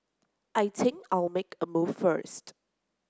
I think I'll make a move first